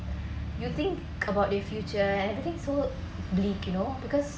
you think about their future everything so bleak you know because